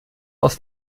aus